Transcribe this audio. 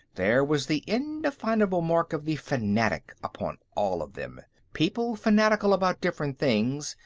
there was the indefinable mark of the fanatic upon all of them people fanatical about different things,